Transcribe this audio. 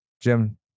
jim